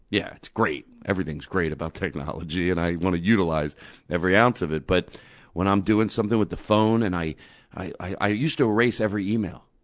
yeah, it's great. everything's great about technology, and i want to utilize every ounce of it. but when i'm doing something with the phone and i i used to erase every email,